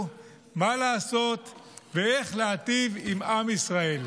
מה לעשות ואיך להיטיב עם עם ישראל.